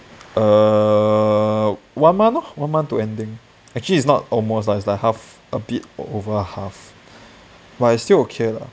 err one month lor one month to ending actually it's not almost lah it's like half a bit over half but it's still okay lah